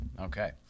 Okay